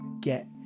get